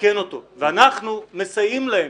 לתקן אותו ואנחנו מסייעים להם.